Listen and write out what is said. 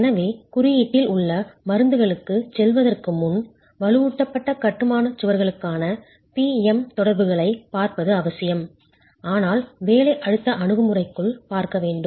எனவே குறியீட்டில் உள்ள மருந்துகளுக்குச் செல்வதற்கு முன் வலுவூட்டப்பட்ட கட்டுமான சுவர்களுக்கான P M தொடர்புகளைப் பார்ப்பது அவசியம் ஆனால் வேலை அழுத்த அணுகுமுறைக்குள் பார்க்க வேண்டும்